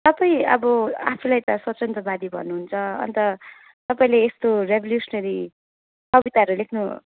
तपाईँ अब आफूलाई त स्वच्छन्दवादी भन्नुहुन्छ अनि त तपाईँले यस्तो रेभ्युलेसनरी कविताहरू लेख्नु